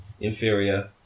inferior